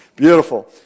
beautiful